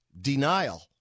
Denial